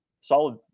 solid